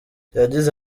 yagize